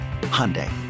Hyundai